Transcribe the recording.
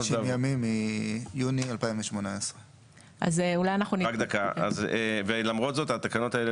90 ימים מיוני 2018. למרות זאת התקנות האלה